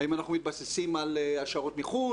האם אנחנו מתבססים על השערות מחו"ל?